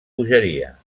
bogeria